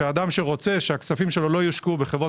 שאדם שרוצה שהכספים שלו לא יושקעו בחברות